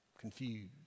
Confused